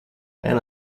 and